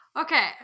Okay